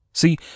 See